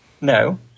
No